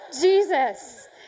Jesus